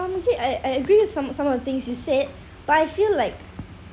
um actually I I agree with some some of the things you said but I feel like